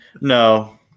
No